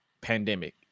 pandemic